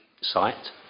site